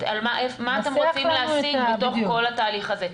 מה אתם רוצים להשיג בתוך כל התהליך הזה?